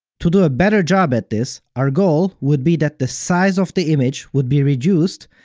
to do a better job at this, our goal would be that the size of the image would be reduced,